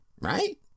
right